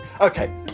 Okay